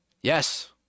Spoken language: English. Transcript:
Yes